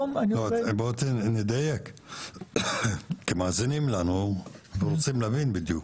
בוא נדייק, כי מאזינים לנו ורוצים להבין בדיוק: